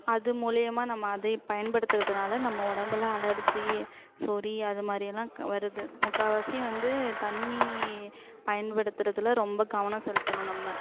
அது மூலிமா நம்ம அதை பயன்படுத்துகிறதுனால நம்ம உடம்புல அலர்ஜி சொறி அதுமாதிரியெல்லாம் வருது முக்கால்வாசி வந்து தண்ணி பயன்படுத்துகிறதுல ரொம்ப கவனம் செலுத்தணும் நம்ம